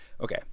Okay